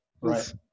Right